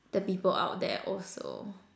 the people out there also